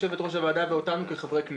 יושבת ראש הוועדה ואותנו כחברי כנסת,